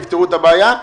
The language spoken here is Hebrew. הם יפתרו את הבעיה.